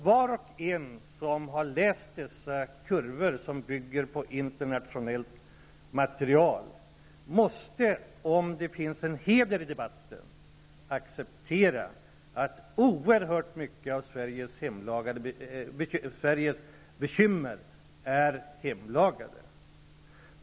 Var och en som har sett dessa kurvor, som bygger på internationellt material, måste om det finns en heder i debatten acceptera att oerhört många av Sveriges bekymmer är hemlagade.